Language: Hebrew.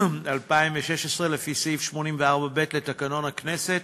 2016, לפי סעיף 84(ב) לתקנון הכנסת.